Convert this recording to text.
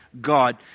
God